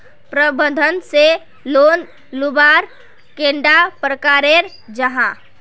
प्रबंधन से लोन लुबार कैडा प्रकारेर जाहा?